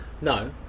No